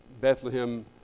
Bethlehem